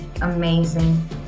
amazing